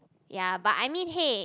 ya but I mean hey